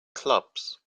clubs